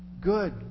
Good